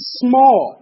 small